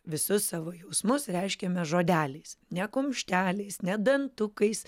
visus savo jausmus reiškiame žodeliais ne kumšteliais ne dantukais